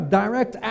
direct